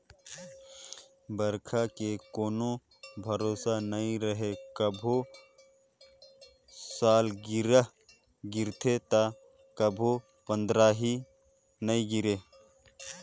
बइरखा के कोनो भरोसा नइ रहें, कभू सालगिरह गिरथे त कभू पंदरही नइ गिरे